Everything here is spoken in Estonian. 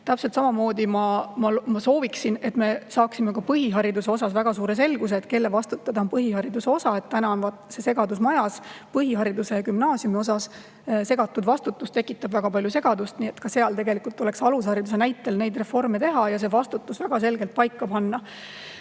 Täpselt samamoodi ma sooviksin, et me saaksime ka põhihariduse puhul väga suure selguse, kelle vastutada on põhihariduse osa. Täna on seal segadus majas. Põhihariduse ja gümnaasiumi puhul segatud vastutus tekitab väga palju segadust, nii et ka seal tuleks alushariduse näitel neid reforme teha ja vastutus väga selgelt paika